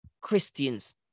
Christians